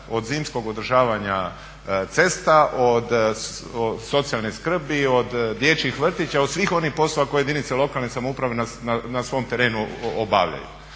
od zimskog održavanja cesta, od socijalne skrbi, od dječjih vrtića, od svih onih poslova koje jedinice lokalne samouprave na svom terenu obavljaju.